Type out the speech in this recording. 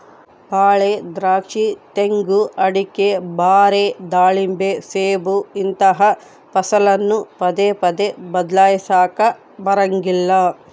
ಬಾಳೆ, ದ್ರಾಕ್ಷಿ, ತೆಂಗು, ಅಡಿಕೆ, ಬಾರೆ, ದಾಳಿಂಬೆ, ಸೇಬು ಇಂತಹ ಫಸಲನ್ನು ಪದೇ ಪದೇ ಬದ್ಲಾಯಿಸಲಾಕ ಬರಂಗಿಲ್ಲ